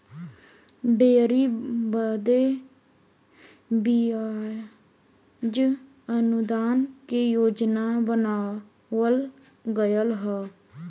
dairy बदे बियाज अनुदान के योजना बनावल गएल हौ